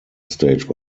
stage